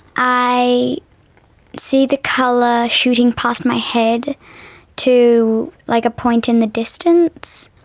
i see the colour shooting past my head to like a point in the distance,